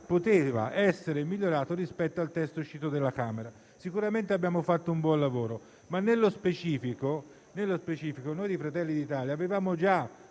provvedimento rispetto al testo uscito dalla Camera. Sicuramente abbiamo fatto un buon lavoro. Nello specifico, noi di Fratelli d'Italia avevamo già